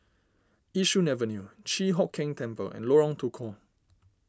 Yishun Avenue Chi Hock Keng Temple and Lorong Tukol